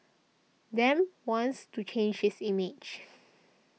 Dem wants to change this image